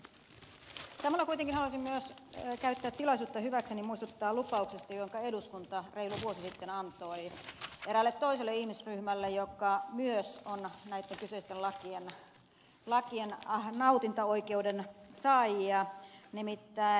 samalla kuitenkin haluaisin myös käyttää tilaisuutta hyväkseni ja muistuttaa lupauksesta jonka eduskunta reilu vuosi sitten antoi eräälle toiselle ihmisryhmälle joka myös on näitten kyseisten lakien nautintaoikeuden saaja